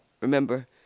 remember